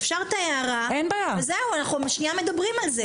אפשר לומר את ההערה ואנחנו מדברים על זה.